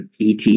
ET